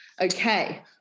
Okay